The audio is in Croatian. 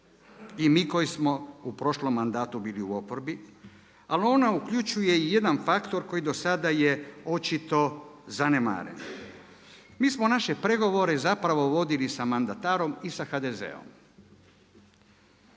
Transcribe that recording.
i mi koji smo u prošlom mandatu bili u oporbi, ali ona uključuje i jedan faktor koji do sada je očito zanemaren. Mi smo naše pregovore zapravo vodili sa mandatarom i sa HDZ-om.